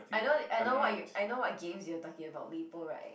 I know I know [what] I know what games you are talking about maple right